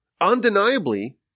undeniably